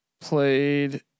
played